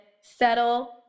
settle